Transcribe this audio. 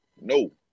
No